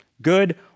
good